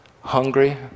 hungry